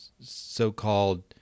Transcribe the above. so-called